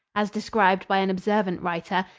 as described by an observant writer,